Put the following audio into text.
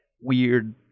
weird